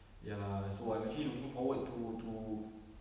ya so I'm actually looking forward to to